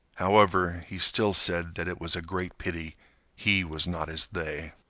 however, he still said that it was a great pity he was not as they.